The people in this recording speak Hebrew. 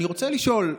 אני רוצה לשאול,